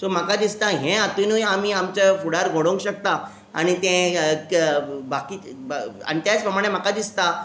so म्हाका दिसता हें हातुनूय आमी आमच्या फुडार घडोवंक शकता आनी तें बाकी आनी त्याच प्रमाणे म्हाका दिसता